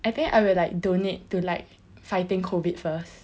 I think I would donate to like fighting COVID first